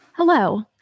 Hello